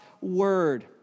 word